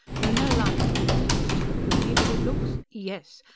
there are no lines connecting us to the plumie, but it looks. yes!